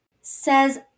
says